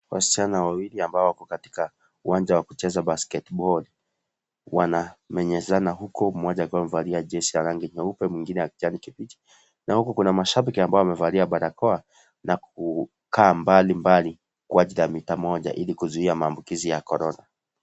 Wasichana wawili ambao wako katika uwanja wa kucheza (cs)basketball (cs) wanamenyezana huku mmoja akiwa amevalia jezi ya rangi nyeupe na mwingine ya kijani kibichi huku kuna mashabiki wamevalia barakoa na wamekaa mbalimbali kwa ajili ya mita moja ili kuzuia maambukizo ya korona.